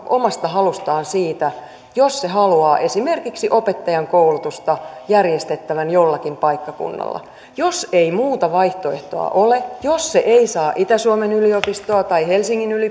omasta halustaan siitä jos se haluaa esimerkiksi opettajankoulutusta järjestettävän jollakin paikkakunnalla jos ei muuta vaihtoehtoa ole jos se ei saa itä suomen yliopistoa tai helsingin